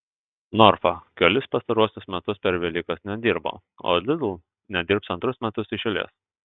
norfa kelis pastaruosius metus per velykas nedirbo o lidl nedirbs antrus metus iš eilės